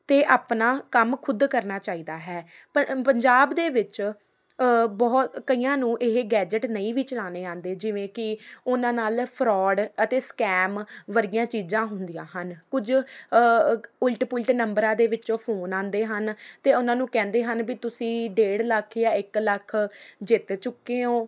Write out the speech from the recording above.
ਅਤੇ ਆਪਣਾ ਕੰਮ ਖੁਦ ਕਰਨਾ ਚਾਹੀਦਾ ਹੈ ਪੰ ਪੰਜਾਬ ਦੇ ਵਿੱਚ ਬਹੁਤ ਕਈਆਂ ਨੂੰ ਇਹ ਗੈਜਟ ਨਹੀਂ ਵੀ ਚਲਾਉਣੇ ਆਉਂਦੇ ਜਿਵੇਂ ਕਿ ਉਹਨਾਂ ਨਾਲ ਫਰੋਡ ਅਤੇ ਸਕੈਮ ਵਰਗੀਆਂ ਚੀਜ਼ਾਂ ਹੁੰਦੀਆਂ ਹਨ ਕੁਝ ਉਲਟ ਪੁਲਟ ਨੰਬਰਾਂ ਦੇ ਵਿੱਚੋਂ ਫੋਨ ਆਉਂਦੇ ਹਨ ਅਤੇ ਉਹਨਾਂ ਨੂੰ ਕਹਿੰਦੇ ਹਨ ਵੀ ਤੁਸੀਂ ਡੇਢ ਲੱਖ ਜਾਂ ਇਕ ਲੱਖ ਜਿੱਤ ਚੁੱਕੇ ਹੋ